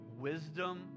Wisdom